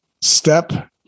Step